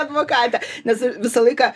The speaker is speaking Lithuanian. advokate nes visą laiką